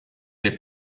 their